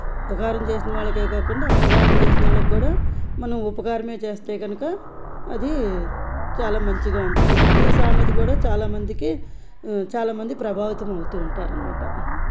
ఉపకారం చేసిన వాళ్ళకే కాకుండా అపకారం చేసిన వాళ్ళక్కూడా మనం ఉపకారమే చేస్తే కనుక అది చాలా మంచిగా ఉంటుంది ఈ సామెత కూడా చాలామందికి చాలామంది ప్రభావితం అవుతూ ఉంటారన్నమాట